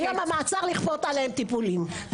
ביום המעצר לכפות עליהם טיפולים,